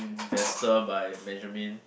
investor by Benjamin